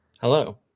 Hello